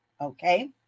Okay